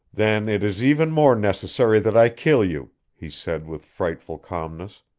then it is even more necessary that i kill you, he said with frightful calmness.